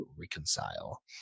reconcile